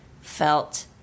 felt